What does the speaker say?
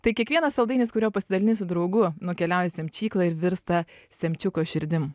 tai kiekvienas saldainis kuriuo pasidalini su draugu nukeliauja į semčyklą ir virsta semčiuko širdim